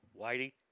Whitey